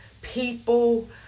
people